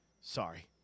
Sorry